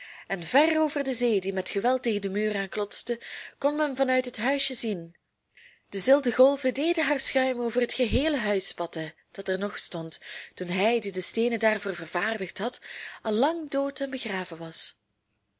en ver over de zee die met geweld tegen den muur aanklotste kon men van uit het huisje zien de zilte golven deden haar schuim over het geheele huis spatten dat er nog stond toen hij die de steenen daarvoor vervaardigd had al lang dood en begraven was